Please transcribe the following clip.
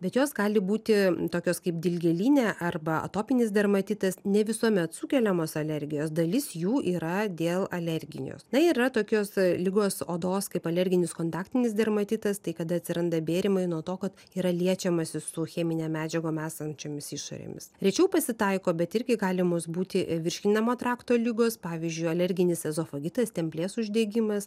bet jos gali būti tokios kaip dilgėlinė arba atopinis dermatitas ne visuomet sukeliamos alergijos dalis jų yra dėl alerginijos na ir yra tokios ligos odos kaip alerginis kontaktinis dermatitas tai kada atsiranda bėrimai nuo to kad yra liečiamasi su chemine medžiagom esančiomis išorėmis rečiau pasitaiko bet irgi galimos būti virškinamo trakto ligos pavyzdžiui alerginis ezofagitas stemplės uždegimas